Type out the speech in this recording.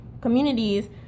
communities